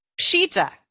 Pshita